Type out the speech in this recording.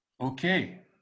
Okay